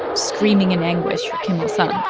screaming in anguish for kim il sung